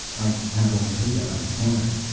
i have all the data i require.